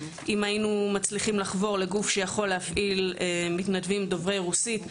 אם היינו מצליחים לחבור לגוף שיכול להפעיל מתנדבים דוברי רוסית,